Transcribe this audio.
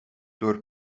door